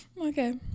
Okay